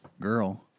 girl